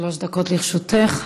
שלוש דקות לרשותך.